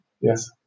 Yes